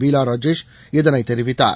பீலா ராஜேஷ் இதனை தெரிவித்தார்